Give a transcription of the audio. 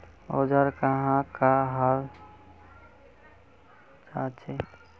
औजार कहाँ का हाल जांचें?